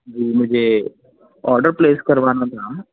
جی مجھے order place کروانا تھا